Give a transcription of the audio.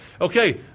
Okay